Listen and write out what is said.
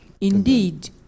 Indeed